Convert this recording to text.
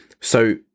So-